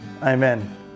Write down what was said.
Amen